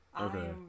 Okay